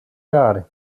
gare